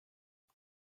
but